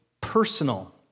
personal